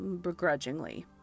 begrudgingly